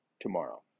tomorrow